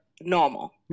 normal